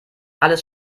alles